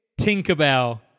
Tinkerbell